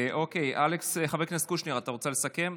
אוקיי, חבר הכנסת קושניר, אתה רוצה לסכם?